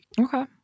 Okay